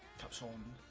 touchtone